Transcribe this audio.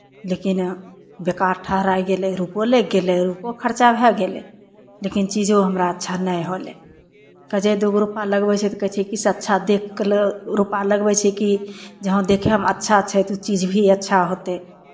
लेकिन बेकार ठहराय गेलै रुपैओ लागि गेलै रुपैओ खर्चा भए गेलै लेकिन चीजो हमरा अच्छा नहि होलै कऽ जे दू गो रुपैआ लगबै छै तऽ कहै छै कि से देखि कऽ ल् रुपैआ लगबै छै कि जे हँ देखयमे अच्छा छै तऽ चीज भी अच्छा होतै